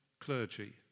clergy